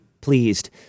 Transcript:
pleased